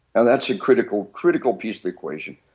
and that's a critical, critical piece to equation.